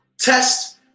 Test